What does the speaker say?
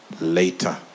later